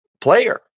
player